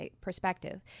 perspective